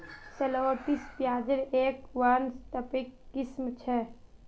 shallots प्याज़ेर एक वानस्पतिक किस्म छ